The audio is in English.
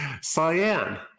Cyan